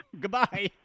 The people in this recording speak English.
Goodbye